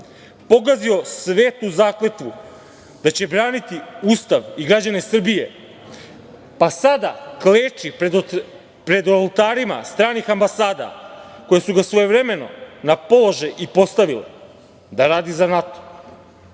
pogazio svetu zakletvu da će braniti Ustav i građane Srbije, pa sada kleči pred oltarima stranih ambasada koje su ga svojevremeno na položaj i postavile da radi za NATO.